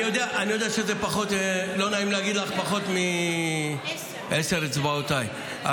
אני יודע שזה פחות מעשר אצבעותיי.